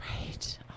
Right